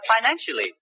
financially